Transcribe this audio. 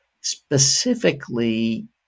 specifically